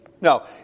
No